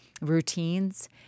routines